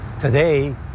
Today